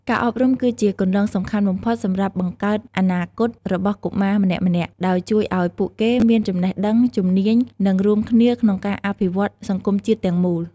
ការអប់រំគឺជាគន្លងសំខាន់បំផុតសម្រាប់បង្កើតអនាគតរបស់កុមារម្នាក់ៗ ដោយជួយឱ្យពួកគេមានចំណេះដឹង ជំនាញ និងរួមគ្នាក្នុងការអភិវឌ្ឍន៍សង្គមជាតិទាំងមូល។